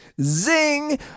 Zing